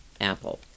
apple